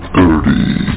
Thirty